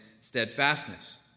steadfastness